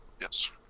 Yes